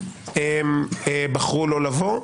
הם בחרו לא לבוא.